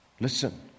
listen